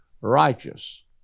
righteous